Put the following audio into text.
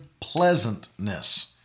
pleasantness